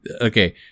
okay